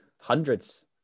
hundreds